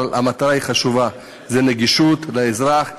אבל המטרה היא חשובה: זה נגישות לאזרח,